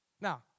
Now